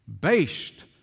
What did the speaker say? based